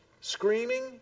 screaming